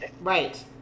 Right